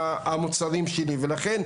ולכן,